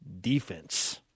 defense